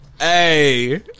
Hey